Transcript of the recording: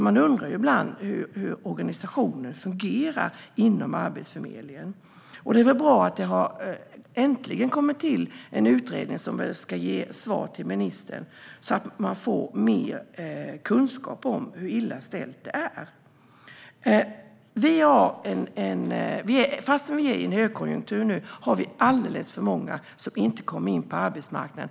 Man undrar ibland hur organisationen fungerar inom Arbetsförmedlingen. Det är väl bra att det äntligen har kommit till en utredning som ska ge svar till ministern, så att man får mer kunskap om hur illa ställt det är. Trots att vi är i en högkonjunktur nu har vi alldeles för många som inte kommer in på arbetsmarknaden.